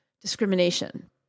discrimination